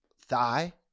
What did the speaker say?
thigh